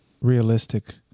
realistic